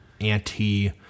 anti-